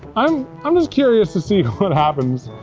i'm i'm just curious to see what happens.